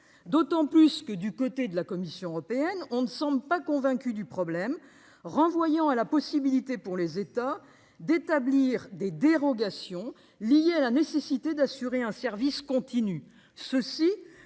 d'autant plus que la Commission européenne, où l'on ne semble pas convaincu du problème, renvoie à la possibilité pour les États d'établir des dérogations liées à la nécessité d'assurer un service continu.